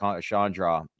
Chandra